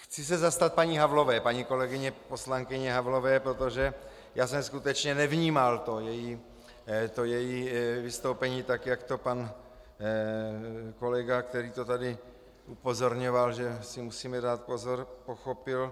Chci se zastat paní Havlové, paní kolegyně poslankyně Havlové, protože jsem skutečně nevnímal její vystoupení tak, jak to pan kolega, který to tady upozorňoval, že si musíme dát pozor, pochopil.